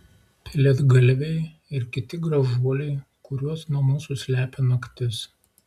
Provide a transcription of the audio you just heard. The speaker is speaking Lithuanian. pelėdgalviai ir kiti gražuoliai kuriuos nuo mūsų slepia naktis